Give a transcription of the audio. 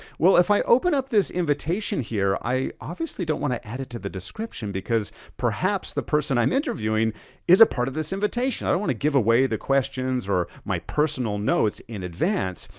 well, if i open up this invitation here, i obviously don't wanna add it to the description, because perhaps the person i'm interviewing is a part of this invitation. i don't wanna give away the questions or my personal notes in advance,